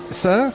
sir